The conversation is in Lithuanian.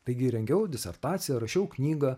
taigi rengiau disertaciją rašiau knygą